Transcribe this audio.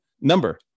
Number